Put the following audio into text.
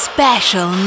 Special